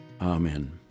amen